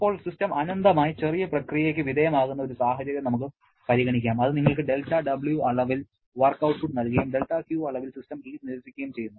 ഇപ്പോൾ സിസ്റ്റം അനന്തമായി ചെറിയ പ്രക്രിയയ്ക്ക് വിധേയമാകുന്ന ഒരു സാഹചര്യം നമുക്ക് പരിഗണിക്കാം അത് നിങ്ങൾക്ക് δW അളവിൽ വർക്ക് ഔട്ട്പുട്ട് നൽകുകയും δQ അളവിൽ സിസ്റ്റം ഹീറ്റ് നിരസിക്കുകയും ചെയ്യുന്നു